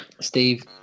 Steve